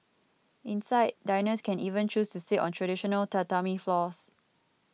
inside diners can even choose to sit on traditional Tatami floors